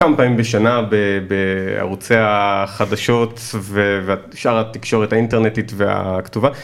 כמה פעמים בשנה בערוצי החדשות ושאר התקשורת האינטרנטית והכתובה